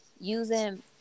using